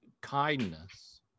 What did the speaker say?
kindness